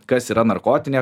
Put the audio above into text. kas yra narkotinė